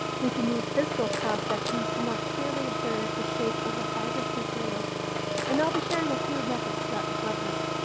we can use physical cross-sections to more clearly observe the shape of a fibrous material and i'll be sharing a few methods throughout this webinar.